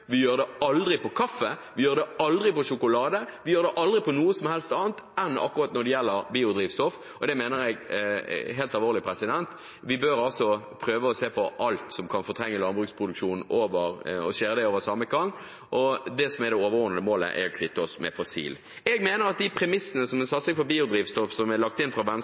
vi gjør det aldri på kaffe, vi gjør det aldri på sjokolade. Vi gjør det aldri på noe som helst annet enn akkurat når det gjelder biodrivstoff. Og dette mener jeg helt alvorlig: Vi bør prøve å se på alt som kan fortrenge landbruksproduksjonen, og skjære alle over én kam. Det som er det overordnede målet, er at vi skal kvitte oss med fossil energi. Jeg mener at de premissene for en satsing for biodrivstoff som er lagt inn fra Venstre,